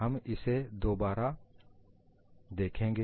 हम इसे दोबारा देखेंगे